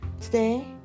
Today